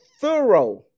thorough